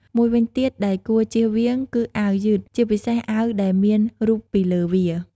មួយទៀតដែលគួរជៀសវាង គឺអាវយឺត ជាពិសេសអាវដែលមានរូបពីលើវា។